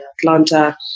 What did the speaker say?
Atlanta